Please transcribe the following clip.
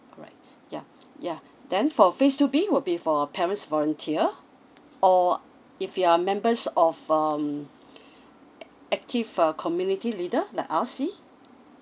correct yeah yeah then for phase two B will be for parents volunteer or if you're members of um ac~ active uh community leader like R_C